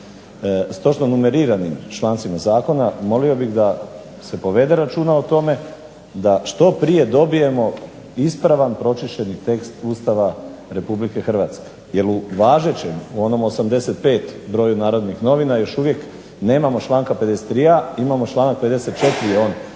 s točno numeriranim člancima zakona, molio bih da se povede računa o tome da što prije dobijemo ispravan pročišćeni tekst Ustava Republike Hrvatske, jer u važećem, u onom 85 broju Narodnih novina još uvijek nemamo članka 53.a, imamo članak 54. on